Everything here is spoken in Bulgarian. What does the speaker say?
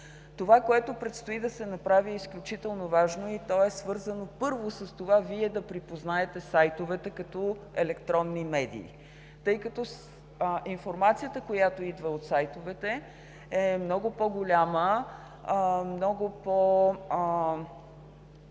Това, което предстои да се направи, е изключително важно. Първо, то е свързано с това Вие да припознаете сайтовете като електронни медии. Информацията, която идва от сайтовете, е много по-голяма и идва